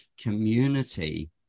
community